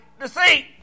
deceit